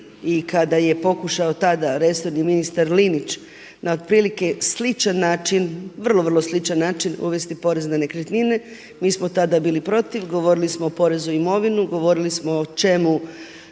i kada je pokušao tada resorni ministar Linić na otprilike sličan način, vrlo, vrlo sličan način uvesti porez na nekretnine, mi smo tada bili protiv. Govorili samo o porezu na imovinu, govorili smo o čemu,